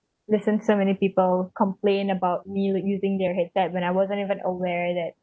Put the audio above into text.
listen to so many people complain about me using their headset when I wasn't even aware that the